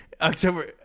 October